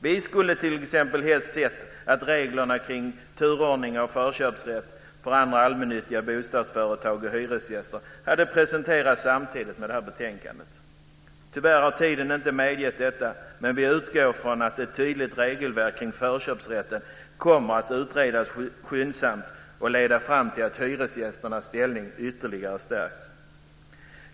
Vi skulle t.ex. helst ha sett att regler om turordning och förköpsrätt för andra allmännyttiga bostadsföretag och hyresgäster hade presenterats samtidigt med det här betänkandet. Tyvärr har tiden inte medgett detta, men vi utgår ifrån att ett tydligt regelverk kring förköpsrätten kommer att utredas skyndsamt och leda fram till att hyresgästernas ställning ytterligare stärks.